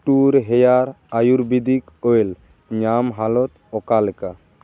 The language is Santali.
ᱴᱩᱨ ᱦᱮᱭᱟᱨ ᱟᱭᱩᱨᱵᱤᱫᱤᱠ ᱚᱭᱮᱞ ᱧᱟᱢ ᱦᱟᱞᱚᱛ ᱚᱠᱟᱞᱮᱠᱟ